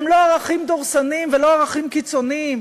הם לא ערכים דורסניים ולא ערכים קיצוניים